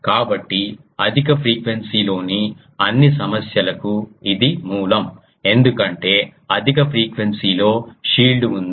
కాబట్టి అధిక ఫ్రీక్వెన్సీ లోని అన్ని సమస్యలకు ఇది మూలం ఎందుకంటే అధిక ఫ్రీక్వెన్సీ లో షీల్డ్ ఉంది